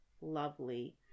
lovely